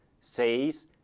says